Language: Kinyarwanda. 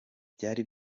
byari